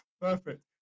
Perfect